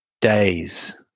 days